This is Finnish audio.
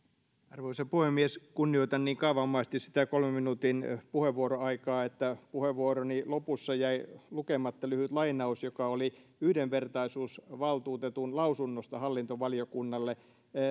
arvoisa puhemies kunnioitan niin kaavamaisesti sitä kolmen minuutin puheenvuoroaikaa että puheenvuoroni lopussa jäi lukematta lyhyt lainaus joka oli yhdenvertaisuusvaltuutetun lausunnosta hallintovaliokunnalle